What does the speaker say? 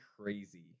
crazy